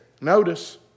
Notice